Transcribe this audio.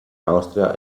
austria